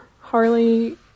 Harley